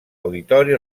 auditori